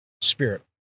spirit